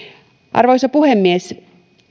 arvoisa puhemies